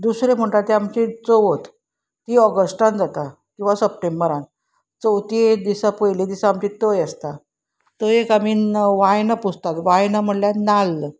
दुसरें म्हणटा ती आमची चवथ ती ऑगस्टान जाता किंवां सप्टेंबरान चवथी एक दिसा पयली दिसा आमची तय आसता तयेक आमी वायनां पुजतात वायनां म्हणल्यार नाल्ल